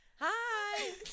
Hi